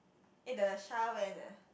eh the Char went eh